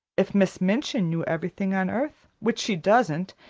if miss minchin knew everything on earth, which she doesn't,